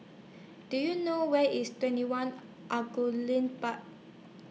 Do YOU know Where IS TwentyOne Angullia Park